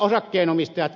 rossi